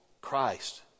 Christ